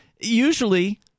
usually